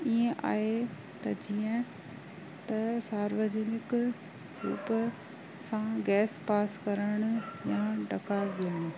ईंअं आहे त जीअं त सार्वजनिक रूप सां गैस पास करणु या डकार ॾियणु